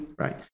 right